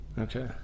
Okay